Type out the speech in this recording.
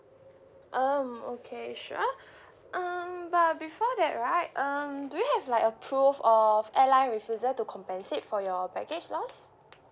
um okay sure um but before that right um do you have like a proof of airline refusal to compensate for your baggage loss